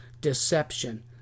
deception